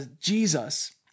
Jesus